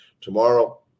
Tomorrow